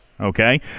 okay